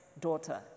daughter